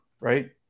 right